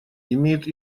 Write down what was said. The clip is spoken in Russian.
имеет